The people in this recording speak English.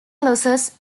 loses